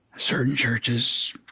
certain churches,